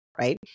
Right